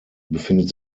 befindet